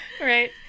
Right